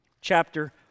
chapter